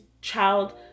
child